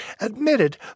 admitted